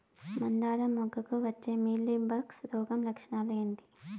మందారం మొగ్గకు వచ్చే మీలీ బగ్స్ రోగం లక్షణాలు ఏంటి?